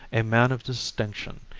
a man of distinction,